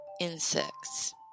insects